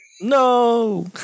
No